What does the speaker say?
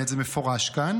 זה מפורש כאן,